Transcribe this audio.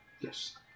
Yes